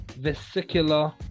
vesicular